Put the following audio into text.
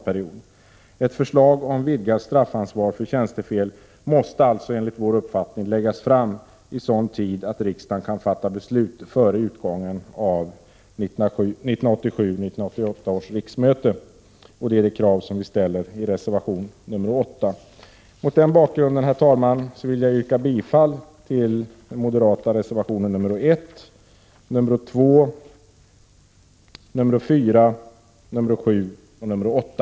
Ett förslag om vidgat straffansvar för tjänstefel måste alltså enligt vår uppfattning läggas fram i sådan tid att riksdagen kan fatta beslut före utgången av 1987/88 års riksmöte. Det är det krav som vi ställer i reservation 8. Mot den här bakgrunden, herr talman, vill jag yrka bifall till de moderata reservationerna 1, 2, 4, 7 och 8.